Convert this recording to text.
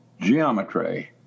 geometry